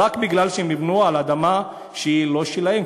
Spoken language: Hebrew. אלא רק בגלל שהם נבנו על אדמה שהיא לא שלהם,